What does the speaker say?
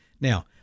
Now